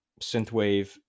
synthwave